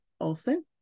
Olson